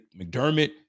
McDermott